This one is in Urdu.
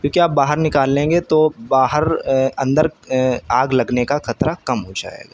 کیوں کہ آپ باہر نکال لیں گے تو باہر اندر آگ لگنے کا خطرہ کم ہوجائے گا